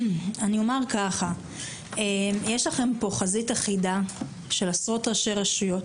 יש לכם פה חזית אחידה של עשרות ראשי רשויות,